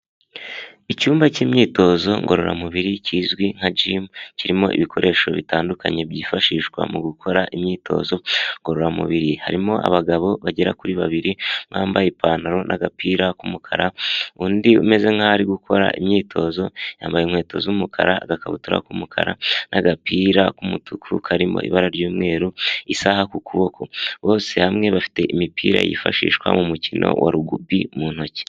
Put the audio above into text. Icyumba cy'imyitozo ngororamubiri kizwi nka gym kirimo ibikoresho bitandukanye byifashishwa mu gukora imyitozo ngororamubiri. Harimo abagabo bagera kuri babiri bambaye ipantaro n'agapira k'umukara. Undi umeze nkaho ari gukora imyitozo, yambaye inkweto z'umukara, agakabutura k'umukara, n'agapira k'umutuku karimo ibara ry'umweru, isaha ku kuboko. Bose hamwe bafite imipira yifashishwa mu mukino wa rugby mu ntoki.